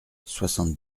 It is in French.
soixante